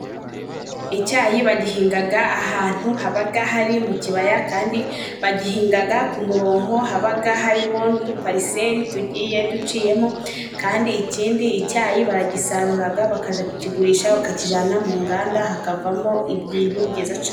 Icyayi bagihinga ahantu haba hari mu kibaya, kandi bagihinga ku murongo haba harimo n'udupariseri tugiye duciyemo. Kandi ikindi, icyayi baragisarura bakajya kukigurisha, bakakijyana mu nganda hakavamo ibintu byiza cyane.